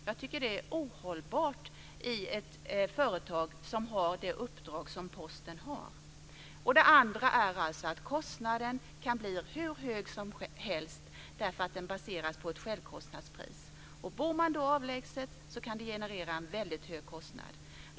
Jag tycker att detta är ohållbart i ett företag som har det uppdrag som Posten har. Vidare kan kostnaden bli hur hög som helst därför att den baseras på ett självkostnadspris. Bor man då avlägset kan det generera en väldigt hög kostnad.